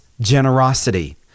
generosity